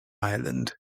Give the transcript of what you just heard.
ireland